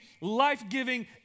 life-giving